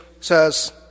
says